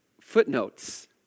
footnotes